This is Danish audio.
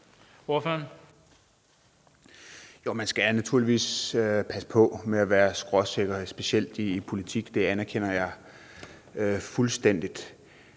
(LA): Jo, man skal naturligvis passe på med at være skråsikker, specielt i politik. Det anerkender jeg fuldstændig.